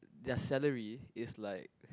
their salary is like